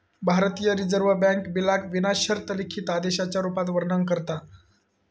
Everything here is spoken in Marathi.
भारतीय रिजर्व बॅन्क बिलाक विना शर्त लिखित आदेशाच्या रुपात वर्णन करता